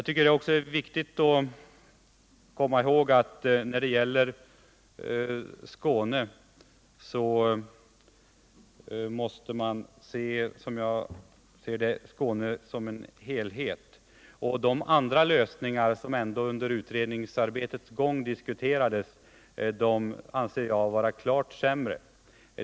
Det är också viktigt, tycker jag, att se Skåne som en helhet. De andra lösningar som diskuterades under utredningsarbetets gång anser jag klart sämre.